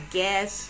guess